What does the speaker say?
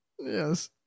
Yes